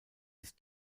ist